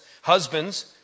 Husbands